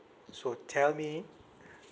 so tell me